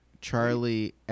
Charlie